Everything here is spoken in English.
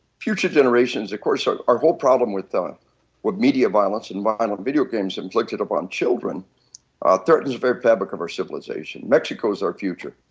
future generations, of course, our our whole problem with ah and with media violence environment, video games inflicted upon children ah threatens the very fabric of our civilization. mexico is our future